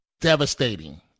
devastating